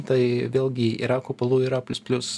tai vėlgi yra kupolų ir a plius plius